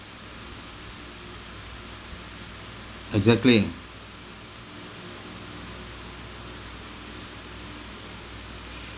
exactly